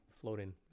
floating